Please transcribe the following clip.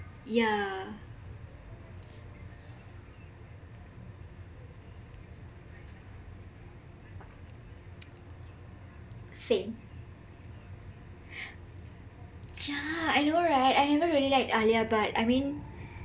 yah same yah I know right I never really liked alia bhatt